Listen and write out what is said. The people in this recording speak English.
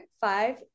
five